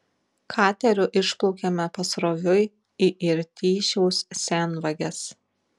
kateriu išplaukėme pasroviui į irtyšiaus senvages